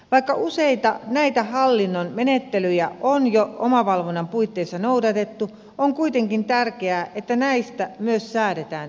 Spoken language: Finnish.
vaikka useita näitä hallinnon menettelyjä on jo omavalvonnan puitteissa noudatettu on kuitenkin tärkeää että näistä myös säädetään yhtenäisesti